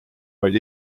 vaid